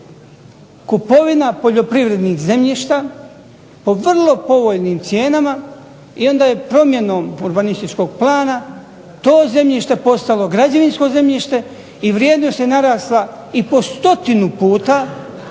kupovina poljoprivrednih zemljišta po vrlo povoljnim cijenama, i onda je promjenom urbanističkog plana, to zemljište postalo građevinsko zemljište i vrijednost je narasla po 100 puta